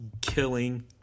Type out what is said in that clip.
killing